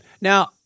Now